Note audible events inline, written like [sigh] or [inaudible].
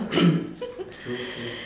[coughs] true true